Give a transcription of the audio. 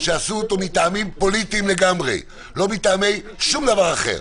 שעשו אותו מטעמים פוליטיים לגמרי, לא שום דבר אחר.